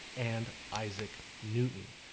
and isaac newton.